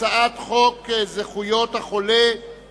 אני קובע שהצעת חוק יום הזיכרון לחללי מערכות ישראל